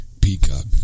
peacock